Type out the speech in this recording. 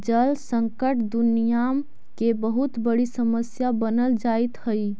जल संकट दुनियां के बहुत बड़ी समस्या बनल जाइत हई